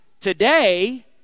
Today